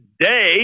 today